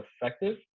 effective